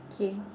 okay